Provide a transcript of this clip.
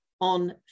on